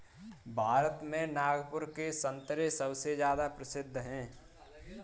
भारत में नागपुर के संतरे सबसे ज्यादा प्रसिद्ध हैं